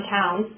town